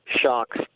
shocks